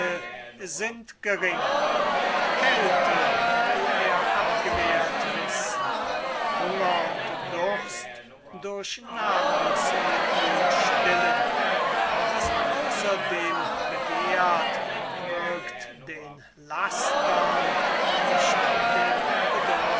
sind gering kälte will er abgewehrt wissen hunger und durst durch nahrungsmittel stillen was man außerdem begehrt wirkt den lastern nicht dem